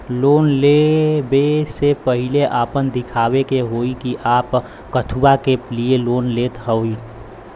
Loan ले वे से पहिले आपन दिखावे के होई कि आप कथुआ के लिए लोन लेत हईन?